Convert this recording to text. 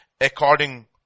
according